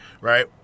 right